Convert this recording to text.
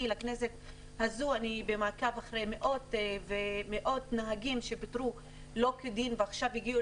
לכנסת הזו אחר מאות נהגים שפוטרו שלא כדין ועכשיו הגיעו